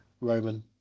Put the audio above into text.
Roman